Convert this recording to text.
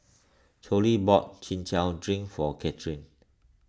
Chloie bought Chin Chow Drink for Kathryne